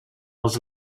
als